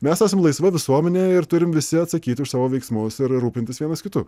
mes esam laisva visuomenė ir turim visi atsakyti už savo veiksmus ir rūpintis vienas kitu